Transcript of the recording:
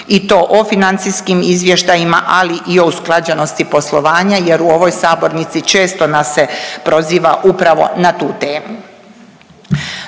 i to o financijskim izvještajima, ali i o usklađenosti poslovanja jer u ovoj sabornici često nas se proziva upravo na tu temu.